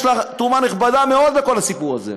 יש להם תרומה נכבדה מאוד לכל הסיפור הזה.